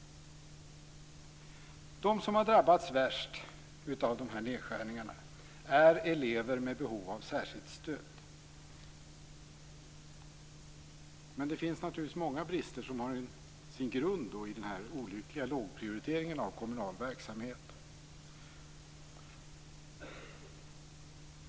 De som har drabbats värst av de här nedskärningarna är elever med behov av särskilt stöd. Men det finns naturligtvis många brister som har sin grund i den här olyckliga lågprioriteringen av kommunal verksamhet.